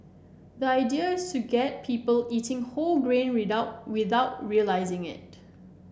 the idea is to get people eating whole grain without without realising it